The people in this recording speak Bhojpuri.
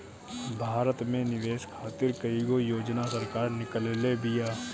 भारत में निवेश खातिर कईगो योजना सरकार निकलले बिया